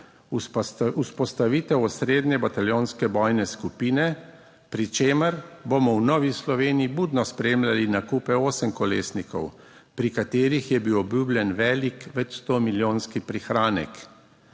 Vzpostavitev osrednje bataljonske bojne skupine, pri čemer bomo v Novi Sloveniji budno spremljali nakupe osemkolesnikov, pri katerih je bil obljubljen velik, več sto milijonski prihranek.